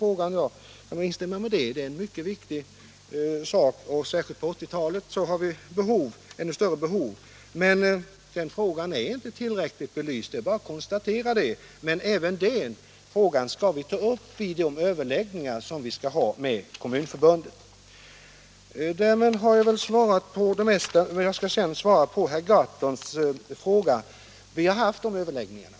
Jag vill instämma i att det är en mycket viktig fråga, och särskilt på 1980-talet har vi ännu större behov. Men den frågan är inte tillräckligt belyst. Det är bara att konstatera det. Men även denna fråga skall vi ta upp i de överläggningar som vi skall ha med Kommunförbundet. Därmed har jag väl svarat på det mesta, men jag vill nu svara på herr Gahrtons fråga: Vi har haft de överläggningarna.